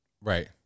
Right